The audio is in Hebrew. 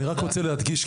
אני רק רוצה להדגיש,